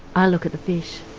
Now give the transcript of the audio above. i look at the fish,